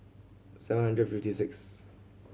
seven hundred and fifty sixth